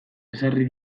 ezarri